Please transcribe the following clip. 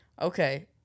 Okay